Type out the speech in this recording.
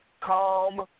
Calm